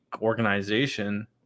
organization